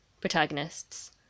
protagonists